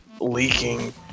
leaking